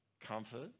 Comfort